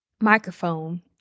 microphone